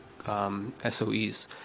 SOEs